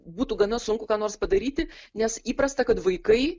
būtų gana sunku ką nors padaryti nes įprasta kad vaikai